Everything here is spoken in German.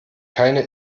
keine